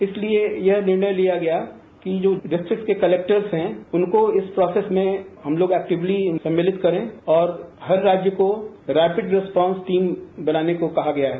इसलिए यह निर्णय लिया गया कि जो डिस्टीक्स के क्लेक्टर्स हैं उनको इस प्रोसेस में हमलोग एक्टिवली सम्मिलित करें और हर राज्य को रैपिड रिपोंस टीम बनाने को कहा गया है